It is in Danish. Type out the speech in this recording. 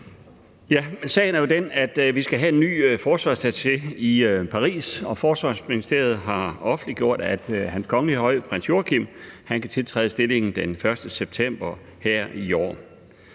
Sagen er jo den, at vi skal have en ny forsvarsattaché i Paris, og Forsvarsministeriet har offentliggjort, at Hans Kongelige Højhed Prins Joachim kan tiltræde stillingen den 1. september her